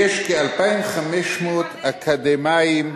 יש כ-2,500 אקדמאים,